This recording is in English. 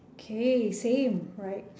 okay same alright